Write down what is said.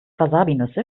wasabinüsse